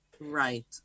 right